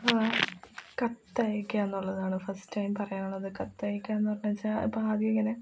കത്തയക്കുക എന്നുള്ളതാണ് ഫസ്റ്റ് ആയും പറയാനുള്ളത് കത്തയക്കുക എന്ന് പറഞ്ഞത് വെച്ചാൽ ഇപ്പം ആദ്യം ഇങ്ങനെ